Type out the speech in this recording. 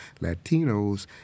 Latinos